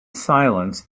silence